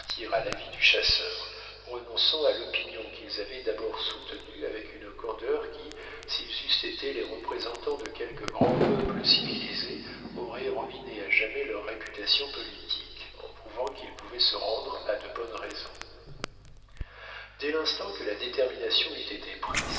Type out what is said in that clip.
à l'avis du chasseur renonçant à l'opinion qu'ils avaient d'abord soutenue avec une candeur qui s'ils eussent été les représentants de quelque grand peuple civilisé aurait ruiné à jamais leur réputation politique en prouvant qu'ils pouvaient se rendre à de bonnes raisons dès l'instant que la détermination eut été prise